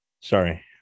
Sorry